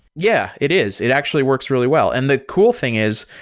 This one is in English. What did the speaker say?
yeah, it is. it actually works really well. and the cool thing is,